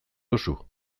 duzu